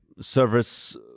service